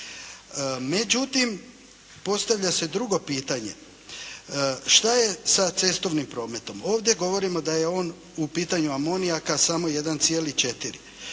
Međutim, postavlja se drugo pitanje, šta je sa cestovnim prometom? Ovdje govorimo da je on u pitanju amonijaka samo 1,4.